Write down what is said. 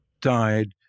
died